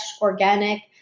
organic